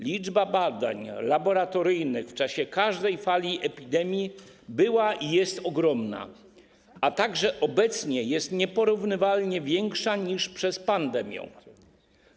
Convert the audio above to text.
Liczba badań laboratoryjnych w czasie każdej fali epidemii była i jest ogromna; obecnie jest nieporównywalnie większa niż przed pandemią.